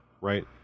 right